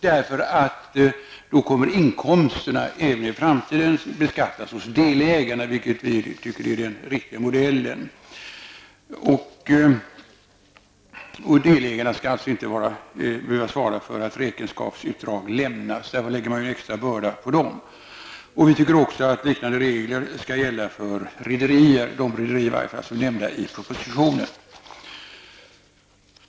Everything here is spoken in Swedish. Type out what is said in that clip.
Därigenom kommer inkomsterna även i framtiden att beskattas hos delägarna, vilket vi tycker är den riktiga modellen. Delägarna skall således inte behöva svara för att räkenskapsutdrag lämnas. Därför lägger man en extra börda på dem. Vi tycker också att liknande regler skall gälla för rederier, åtminstone för de rederier som är nämnda i propositionen.